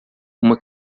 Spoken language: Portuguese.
uma